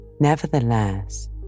Nevertheless